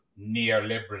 neoliberalism